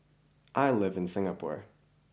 I live in Singapore